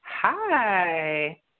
Hi